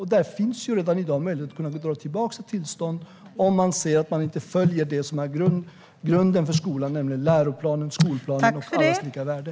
Det finns redan i dag möjlighet att dra tillbaka ett tillstånd om man ser att en skola inte följer det som är grunden för skolan, nämligen läroplanen, skolplanen och allas lika värde.